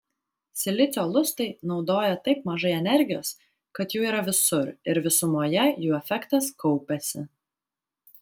silicio lustai naudoja taip mažai energijos kad jų yra visur ir visumoje jų efektas kaupiasi